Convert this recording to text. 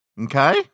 Okay